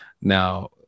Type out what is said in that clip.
now